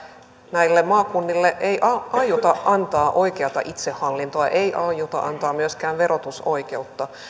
näille maakunnille ei aiota antaa oikeata itsehallintoa ei aiota antaa myöskään verotusoikeutta